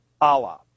Allah